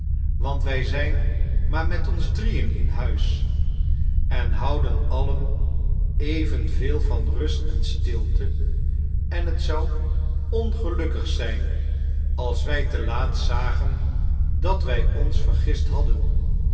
want wij zijn maar met ons drieen in huis en houden alien evenveel van rust en stilte en het zou ongelukkig zijn als wij te laat zagen dat wij ons vergist hadden